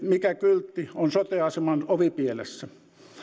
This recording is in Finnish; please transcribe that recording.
mikä kyltti on sote aseman ovipielessä